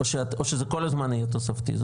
או שזה כל הזמן יהיה תוספתי,